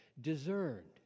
discerned